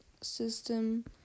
system